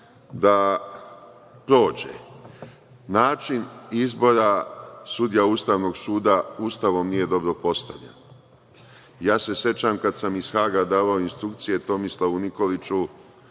da prođe. Način izbora sudija Ustavnog suda Ustavom nije dobro postavljen. Sećam se kada sam iz Haga davao instrukcije Tomislavu Nikoliću